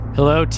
Hello